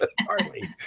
hardly